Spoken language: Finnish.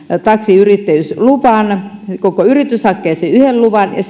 taksiyrittäjyysluvan koko yritys hakee sen yhden luvan ja